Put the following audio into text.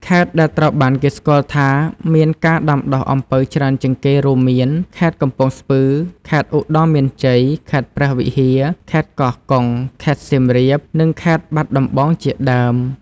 ខេត្តដែលត្រូវបានគេស្គាល់ថាមានការដាំដុះអំពៅច្រើនជាងគេ រួមមាន ខេត្តកំពង់ស្ពឺ ខេត្តឧត្តរមានជ័យ ខេត្តព្រះវិហារ ខេត្តកោះកុង ខេត្តសៀមរាប និងខេត្តបាត់ដំបងជាដើម។